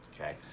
okay